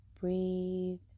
breathe